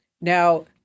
Now